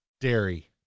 Dairy